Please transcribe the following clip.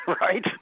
right